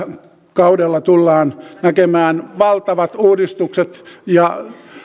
kaudella tullaan näkemään valtavat uudistukset ja